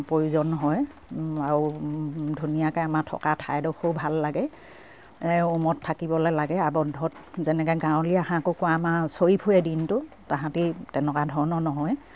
প্ৰয়োজন হয় আৰু ধুনীয়াকে আমাৰ থকা ঠাইডোখৰো ভাল লাগে উমত থাকিবলে লাগে আৱদ্ধত যেনেকে গাঁৱলীয়া হাঁহ কুকুৰা আমাৰ চৰি ফুৰে দিনটো তাহাঁতি তেনেকুৱা ধৰণৰ নহয়